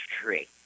tree